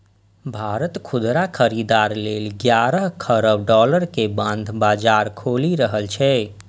भारत खुदरा खरीदार लेल ग्यारह खरब डॉलर के बांड बाजार खोलि रहल छै